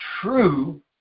true